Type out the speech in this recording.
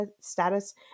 status